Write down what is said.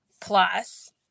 plus